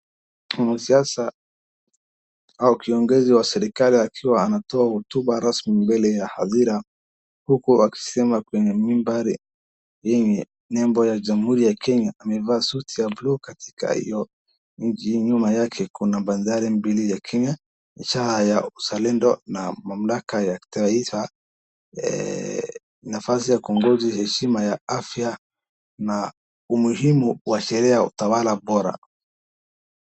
Mwnasiasa au kiongozi wa serikali akiwa anatoa hotuba rasmi mbele ya hadhira, huku akisema kwenye nambari yenye nembo ya jamhuri ya kenya, amevaa suti ya cs[blue]cs katika hiyo mji, nyuma yake kuna bendera mbili ya kenya ishara ya uzalendo na mamlaka ya taifa, nafasi ya kuongozi heshima ya afya na umuhimu wa sherehe ya utawala bora.